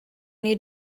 need